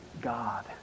God